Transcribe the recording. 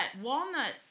walnuts